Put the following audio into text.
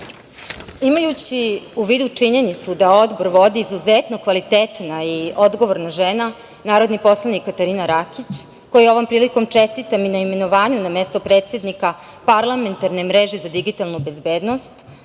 u vidu činjenicu da Odbor vodi izuzetno kvalitetna i odgovorna žena, narodni poslanik Katarina Rakić, kojoj ovom prilikom čestitam i na imenovanju na mesto predsednika Parlamentarne mreže za digitalnu bezbednost,